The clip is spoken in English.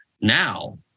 now